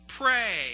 pray